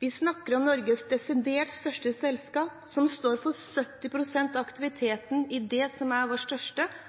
Vi snakker om Norges desidert største selskap, som står for 70 pst. av aktiviteten i det som er vår største